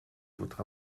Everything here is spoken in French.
votre